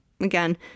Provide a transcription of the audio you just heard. Again